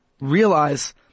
Realize